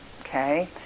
okay